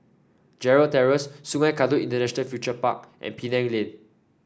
Gerald Terrace Sungei Kadut International Furniture Park and Penang Lane